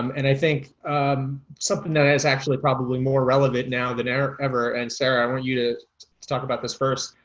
um and i think something is actually probably more relevant now than ever ever and sarah, i want you to to talk about this first.